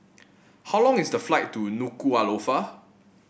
how long is the flight to Nuku'alofa